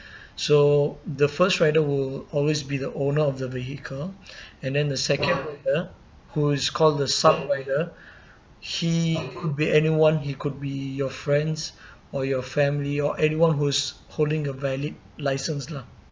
so the first rider will always be the owner of the vehicle and then the second rider who is called the sub rider he could be anyone he could be your friends or your family or anyone who's holding a valid license lah